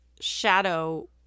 shadow